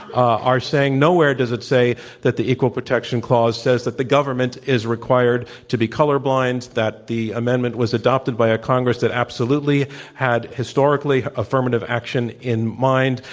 saying nowhere does it say that the equal protection clause says that the government is required to be colorblind, that the amendment was adopted by a congress that absolutely had historically affirmative action in mind,